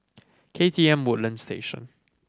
K T M Woodlands Station